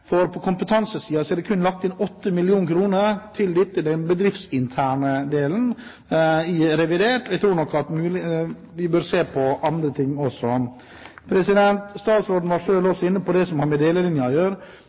For på kompetansesiden er det kun lagt inn 8 mill. kr til den bedriftsinterne delen i revidert. Og jeg tror nok vi bør se på andre ting også. Statsråden var